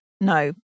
No